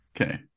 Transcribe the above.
okay